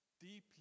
deeply